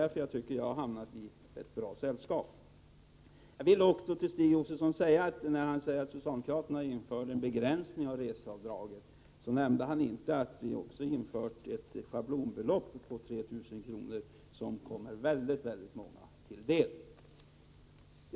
Därför tycker jag att jag har hamnat i ett bra sällskap. När Stig Josefson sade att socialdemokraterna inför en begränsning av reseavdragen nämnde han inte att vi har infört ett schablonavdrag på 3 000 kr. som kommer väldigt många till del.